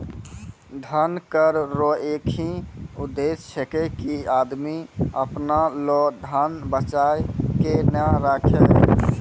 धन कर रो एक ही उद्देस छै की आदमी अपना लो धन बचाय के नै राखै